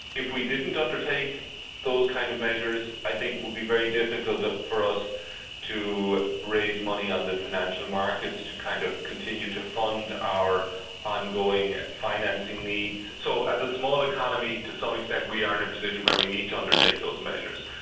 if we didn't undertake those kinds of measures, i think it would be very difficult for us to raise money on the financial markets to kind of continue to fund our ongoing financing needs. so as a small economy to some extent we are in a position where we need to undertake those measures.